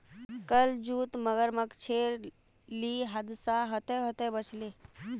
कल जूत मगरमच्छेर ली हादसा ह त ह त बच ले